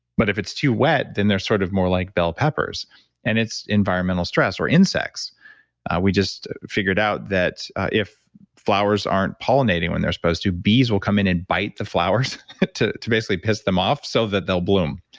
but if it's too wet, then they're sort of more like bell peppers and it's environmental stress or insects we just figured out that if flowers aren't pollinating when they're supposed to, bees will come in and bite the flowers to to basically piss them off so that they'll bloom.